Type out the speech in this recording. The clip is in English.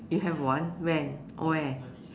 you have one when where